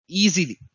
easily